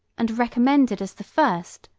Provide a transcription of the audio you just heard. and recommended as the first,